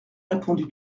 répondu